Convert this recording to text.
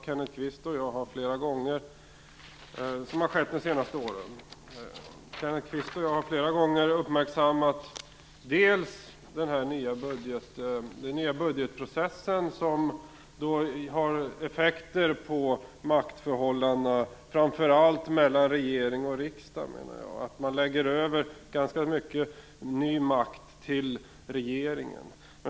Kenneth Kvist och jag, bl.a., har flera gånger uppmärksammat den nya budgetprocessen, som har effekter på maktförhållandena framför allt mellan regering och riksdag. Man lägger över ganska mycket ny makt till regeringen.